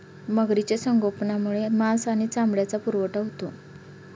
मगरीचे संगोपनामुळे मांस आणि चामड्याचा पुरवठा होतो